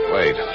Wait